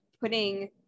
putting